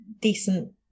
decent